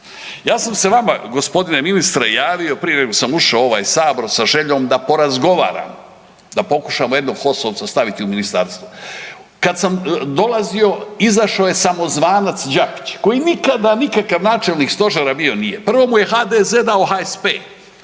Ja sam se vama gospodine ministre javio prije nego sam ušao u ovaj sabor sa željom da porazgovaramo, da pokušamo jednog HOS-ovca staviti u ministarstvo. Kad dolazio izašao je samozvanac Đapić koji nikada nikakav načelnik stožera bio nije. Prvo mu je HDZ dao HSP